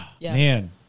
man